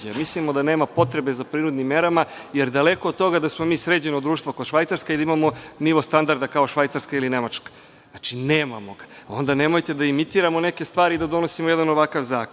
Mislimo da nema potrebe za prinudnim merama, jer daleko od toga da smo mi sređeno društvo kao Švajcarska i da imamo nivo standarda kao Švajcarska ili Nemačka. Znači, nemamo ga, onda nemojte da imitiramo neke stvari i donosimo jedan ovakav zakon,